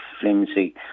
flimsy